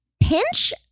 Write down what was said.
Pinch